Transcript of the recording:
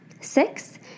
Six